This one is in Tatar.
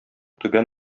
түбән